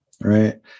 Right